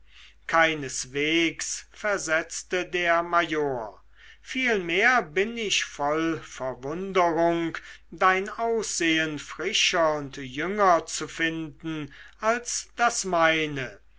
keineswegs versetzte der major vielmehr bin ich voll verwunderung dein aussehen frischer und jünger zu finden als das meine